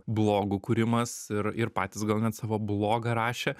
blogų kūrimas ir ir patys gal net savo blogą rašė